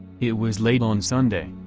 it was laid on sunday,